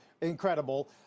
incredible